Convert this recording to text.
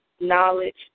knowledge